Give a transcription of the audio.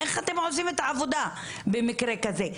איך אתם עושים את העבודה במקרה כזה?